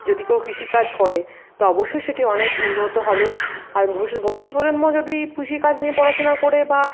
যদি কেউ কৃষিকাজ করে তো অবশ্যই সেটি অনেক উন্নত হবে আর ভবিষ্যৎ ভবিষ্যৎ প্রজন্ম যদি কৃষিকাজ নিয়ে পড়াশোনা করে বা